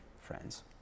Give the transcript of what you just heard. friends